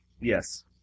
Yes